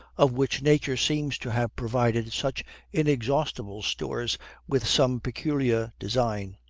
of which nature seems to have provided such inexhaustible stores with some peculiar design.